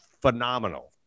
phenomenal